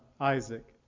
Isaac